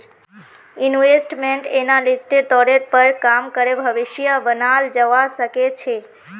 investment एनालिस्टेर तौरेर पर काम करे भविष्य बनाल जावा सके छे